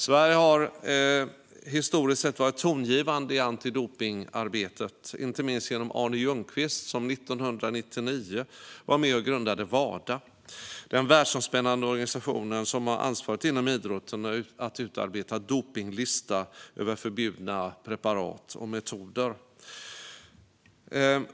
Sverige har historiskt sett varit tongivande i antidopningsarbetet, inte minst genom Arne Ljungqvist som 1999 var med och grundade Wada, den världsomspännande organisation som har ansvaret inom idrotten att utarbeta en dopningslista över förbjudna preparat och metoder.